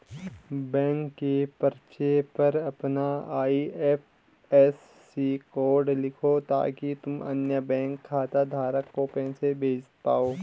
bank के पर्चे पर अपना आई.एफ.एस.सी कोड लिखो ताकि तुम अन्य बैंक खाता धारक को पैसे भेज पाओ